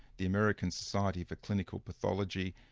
the american society for clinical pathology,